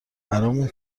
برامون